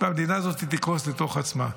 והמדינה הזאת תקרוס לתוך עצמה.